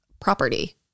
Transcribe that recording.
property